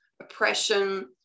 oppression